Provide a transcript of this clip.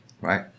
Right